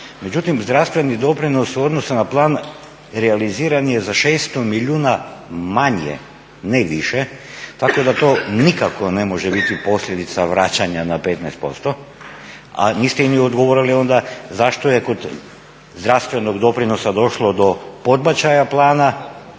Međutim, zdravstveni doprinos u odnosu na plan realiziran je za 600 milijuna manje ne više, tako da to nikako ne može biti posljedica vraćanja na 15%. A niste mi odgovorili onda zašto je kod zdravstvenog doprinosa došlo do podbačaja plana